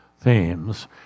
themes